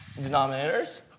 denominators